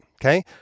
Okay